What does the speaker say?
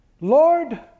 Lord